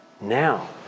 now